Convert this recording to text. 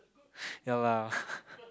ya lah